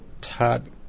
Todd